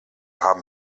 haben